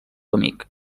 amic